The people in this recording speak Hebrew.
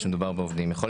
הכל בסדר,